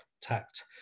tact